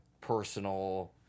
personal